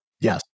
Yes